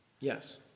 Yes